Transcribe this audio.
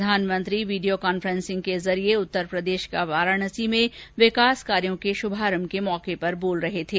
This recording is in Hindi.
प्रधानमंत्री आज वीडियो कॉन्फ्रेन्सिंग के जरिये उत्तरप्रदेश के वाराणसी में विकास कार्यों के शुभारंभ के मौके पर बोल रहे थे